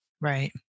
right